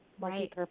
Right